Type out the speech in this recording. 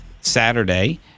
Saturday